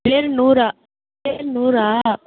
எழுநூறா எழுநூறா